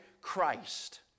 Christ